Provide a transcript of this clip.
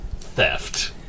theft